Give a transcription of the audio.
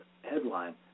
Headline